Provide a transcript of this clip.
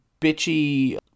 bitchy